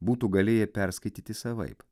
būtų galėję perskaityti savaip